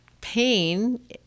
pain